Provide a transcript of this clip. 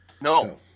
No